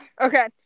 Okay